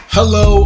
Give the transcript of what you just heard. Hello